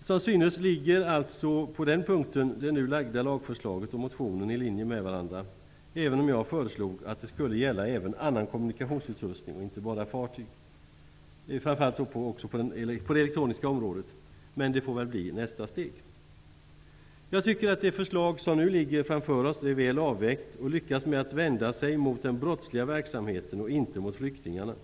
Som synes ligger på den punkten det framlagda lagförslaget och min motion i linje med varandra, även om jag föreslår att detta skall gälla även annan kommunikationsutrustning -- framför allt på det elektroniska området -- och inte bara fartyg. Men det får väl bli nästa steg. Jag tycker att det förslag som ligger framför oss är väl övervägt och lyckas med att vända sig mot den brottsliga verksamheten och inte mot flyktingarna.